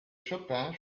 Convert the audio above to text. chopin